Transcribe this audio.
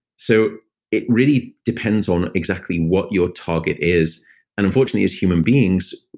so it really depends on exactly what your target is unfortunately, as human beings,